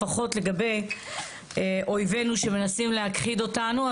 לפחות לגבי אויבינו שמנסים להכחיד אותנו.